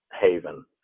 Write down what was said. Haven